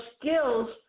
skills